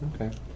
Okay